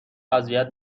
اذیت